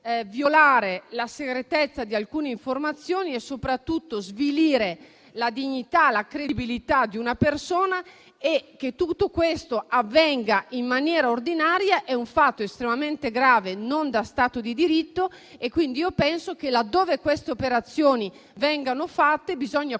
violare la segretezza di alcune informazioni e soprattutto svilire la dignità e la credibilità di una persona e che tutto questo avvenga in maniera ordinaria è un fatto estremamente grave, non degno di uno Stato di diritto. Quindi, penso che laddove queste operazioni vengano fatte bisogna comunque